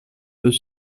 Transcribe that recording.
peut